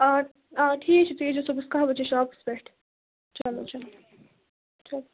آ آ ٹھیٖک چھُ تُہۍ یی زیو صُبحَس کاہ بَجے شاپَس پٮ۪ٹھ چلو چلو چلو